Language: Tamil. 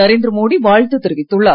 நரேந்திர மோடி வாழ்த்து தெரிவித்துள்ளார்